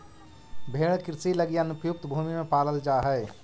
भेंड़ कृषि लगी अनुपयुक्त भूमि में पालल जा हइ